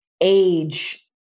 age